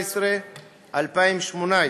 2018-2017,